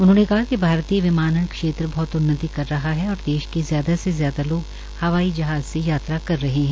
उन्होंने कहा कि भारतीय विमानन क्षेत्र में बहत उन्नति कर रहा है और देश के ज्यादा से ज्यादा लोग हवाई जहाज से यात्रा कर रहे है